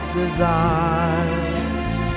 desires